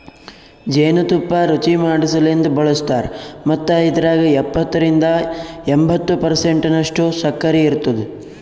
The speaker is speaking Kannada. ಜೇನು ತುಪ್ಪ ರುಚಿಮಾಡಸಲೆಂದ್ ಬಳಸ್ತಾರ್ ಮತ್ತ ಇದ್ರಾಗ ಎಪ್ಪತ್ತರಿಂದ ಎಂಬತ್ತು ಪರ್ಸೆಂಟನಷ್ಟು ಸಕ್ಕರಿ ಇರ್ತುದ